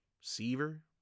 Seaver